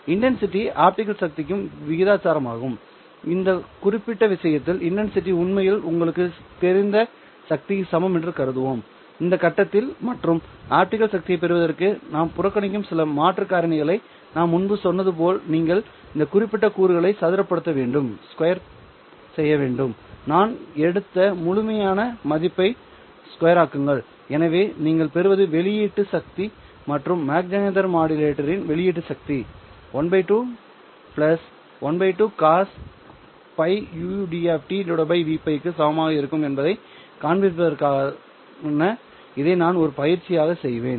intensity optical சக்திக்கு விகிதாசாரமாகும்இந்த குறிப்பிட்ட விஷயத்தில் இன்டன்சிடி உண்மையில் உங்களுக்குத் தெரிந்த சக்திக்கு சமம் என்று கருதுவோம் இந்த கட்டத்தில் மற்றும் ஆப்டிகல் சக்தியைப் பெறுவதற்காக நாம் புறக்கணிக்கும் சில மாற்று காரணிகளை நான் முன்பு சொன்னது போல் நீங்கள் இந்த குறிப்பிட்ட கூறுகளை சதுரப்படுத்த வேண்டும் நான் எடுத்த முழுமையான மதிப்பை சதுரமாக்குங்கள் எனவே நீங்கள் பெறுவது வெளியீட்டு சக்தி மற்றும் மாக் ஜெஹெண்டர் மாடுலேட்டரின் வெளியீட்டு சக்தி ½ ½ cos πud Vπ க்கு சமமாக இருக்கும் என்பதைக் காண்பிப்பதற்கான இதை நான் ஒரு பயிற்சியாக செய்வேன்